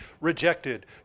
rejected